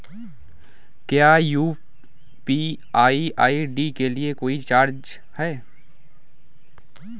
क्या UPI ID के लिए कोई चार्ज है?